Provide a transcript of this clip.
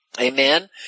amen